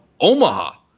Omaha